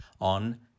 on